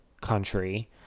country